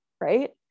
right